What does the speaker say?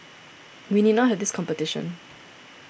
we need not have this competition